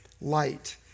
light